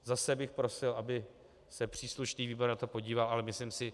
Zase bych prosil, aby se příslušný výbor na to podíval, ale myslím si...